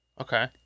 Okay